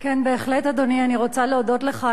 בהחלט, אדוני, אני רוצה להודות לך.